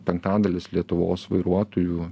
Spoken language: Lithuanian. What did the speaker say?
penktadalis lietuvos vairuotojų